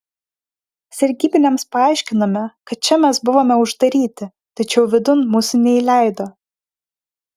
sargybiniams paaiškinome kad čia mes buvome uždaryti tačiau vidun mūsų neįleido